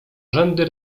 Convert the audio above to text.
rzędy